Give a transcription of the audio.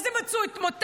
מה זה מצאו את מותם?